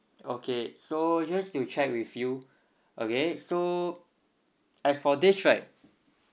okay so just to check with you okay so as for this right